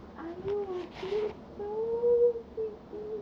I U !wah! she looks so pretty